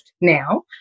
now